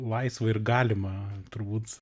laisva ir galima turbūt